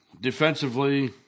Defensively